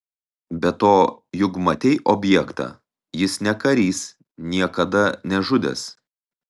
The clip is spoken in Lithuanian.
be to juk matei objektą jis ne karys niekada nežudęs